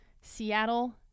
Seattle